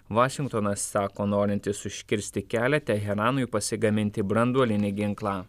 vašingtonas sako norintis užkirsti kelią teheranui pasigaminti branduolinį ginklą